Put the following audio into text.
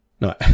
No